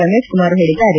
ರಮೇಶ್ ಕುಮಾರ್ ಹೇಳಿದ್ದಾರೆ